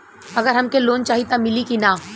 अगर हमके लोन चाही त मिली की ना?